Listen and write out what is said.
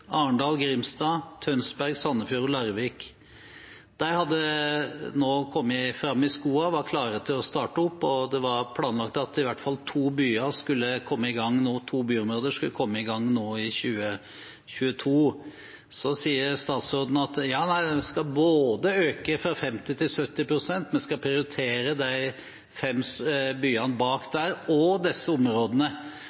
Arendal, Grimstad, Tønsberg, Sandefjord og Larvik. De hadde nå kommet seg fram i skoene og var klare til å starte opp, og det var planlagt at i hvert fall to byområder skulle komme i gang i 2022. Så sier statsråden at en skal øke fra 50 pst. til 70 pst., prioritere de fem byene bak